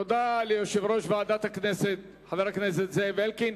תודה ליושב-ראש ועדת הכנסת, חבר הכנסת זאב אלקין.